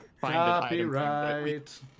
copyright